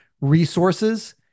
resources